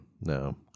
No